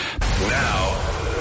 Now